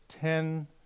ten